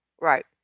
right